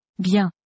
Bien